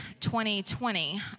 2020